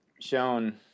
shown